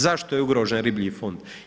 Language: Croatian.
Zašto je ugrožen riblji fond?